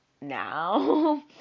now